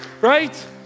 right